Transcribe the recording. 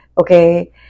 Okay